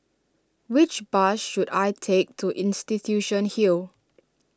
which bus should I take to Institution Hill